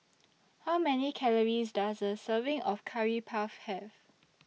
How Many Calories Does A Serving of Curry Puff Have